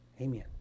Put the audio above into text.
Amen